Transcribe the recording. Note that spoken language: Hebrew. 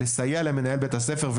שמטרתו לסייע למנהל בית הספר,